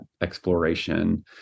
exploration